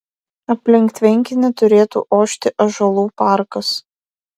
aplink tvenkinį turėtų ošti ąžuolų parkas